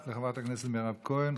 תודה רבה לחברת הכנסת מירב כהן.